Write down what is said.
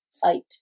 fight